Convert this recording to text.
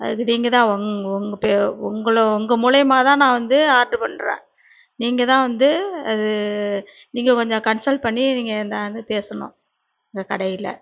அதுக்கு நீங்கள் தான் உங்க ஒங்களோட உங்க மூலியமாக தான் நான் வந்து ஆர்ட்ரு பண்ணுறேன் நீங்கள் தான் வந்து அது நீங்கள் கொஞ்சம் கன்சல் பண்ணி நீங்கள் என்னன்னு பேசணும் இந்த கடையில்